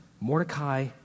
Mordecai